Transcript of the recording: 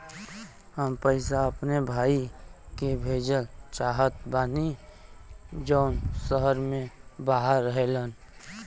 हम पैसा अपने भाई के भेजल चाहत बानी जौन शहर से बाहर रहेलन